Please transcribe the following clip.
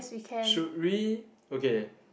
should we okay